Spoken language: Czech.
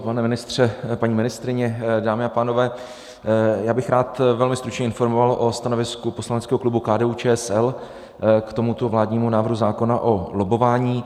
Pane ministře, paní ministryně, dámy a pánové, já bych rád velmi stručně informoval o stanovisku poslaneckého klubu KDUČSL k tomuto vládnímu návrhu zákona o lobbování.